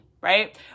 right